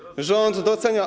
Rząd docenia.